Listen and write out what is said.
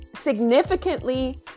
significantly